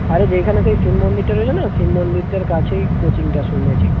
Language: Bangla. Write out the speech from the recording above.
আরে যেইখানে সেই শিব মন্দিরটা রয়েছে না শিব মন্দিরটার কাছেই কোচিংটা শুনেছি